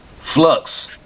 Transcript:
Flux